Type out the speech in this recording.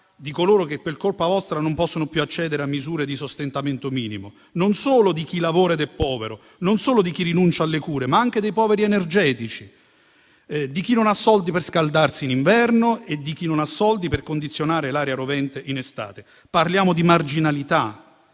di coloro che per colpa vostra non possono più accedere a misure di sostentamento minimo, non solo di chi lavora ed è povero, non solo di chi rinuncia alle cure, ma anche dei poveri energetici, di chi non ha soldi per scaldarsi in inverno e di chi non ha soldi per condizionare l'aria rovente in estate. Parliamo di marginalità,